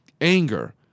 anger